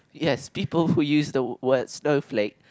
yes people who use the word snowflake